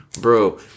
Bro